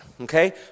Okay